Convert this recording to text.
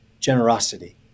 generosity